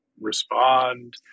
respond